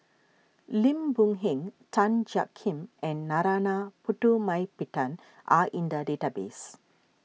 Lim Boon Heng Tan Jiak Kim and Narana Putumaippittan are in the database